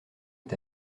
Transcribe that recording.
est